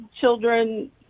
children